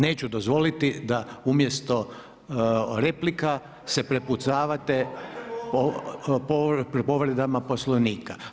Neću dozvoliti da umjesto replika se prepucavate povredama Poslovnika.